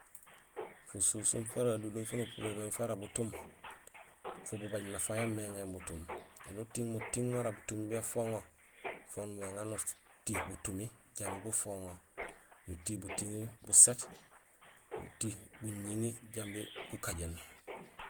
Fususuum fara alunlum faan apurénlo mé fara butuum fababaaj nafa ya méŋé butuum. Aw bétiiŋ mutiiŋ mara butumi bé foŋo fo nuñumé éŋaar nuti butumi jambi bufoŋo. Nuti butumi buséét, nuti guŋiŋi jambi gukajéén.